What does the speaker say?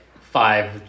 five